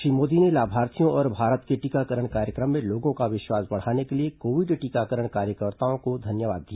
श्री मोदी ने लाभार्थियों और भारत के टीकाकरण कार्यक्रम में लोगों का विश्वास बढ़ाने के लिए कोविड टीकाकरण कार्यकर्ताओं को धन्यवाद दिया